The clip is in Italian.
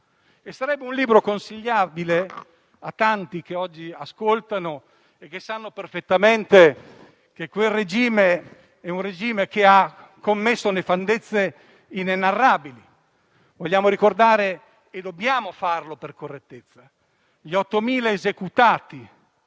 e sarebbe un libro consigliabile a tanti che oggi ascoltano e sanno perfettamente che quel regime ha commesso nefandezze inenarrabili. Vogliamo ricordare - dobbiamo farlo per correttezza - gli 8.000 esecutati